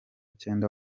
cyenda